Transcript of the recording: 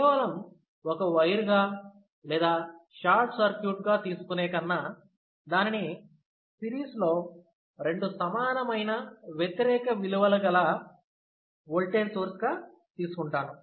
కేవలం ఒక వైరు గా లేదా షార్ట్ సర్క్యూట్ గా తీసుకునే కన్నా దానిని సిరీస్ లో రెండు సమానమైన వ్యతిరేక విలువలు గల ఓల్టేజ్సోర్స్ గా తీసుకుంటాను